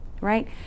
right